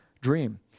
dream